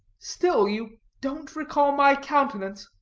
still you don't recall my countenance?